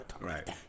right